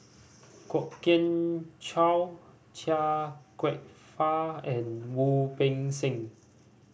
Kwok Kian Chow Chia Kwek Fah and Wu Peng Seng